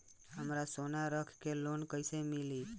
हमरा सोना रख के लोन कईसे मिली?